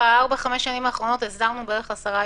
בארבע-חמש השנים האחרונות הסדרנו בערך 10 ישובים.